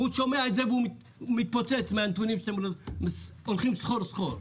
והוא שומע את זה והוא מתפוצץ מהנתונים שאתם הולכים סחור-סחור.